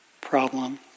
problem